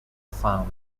farmed